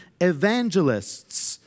evangelists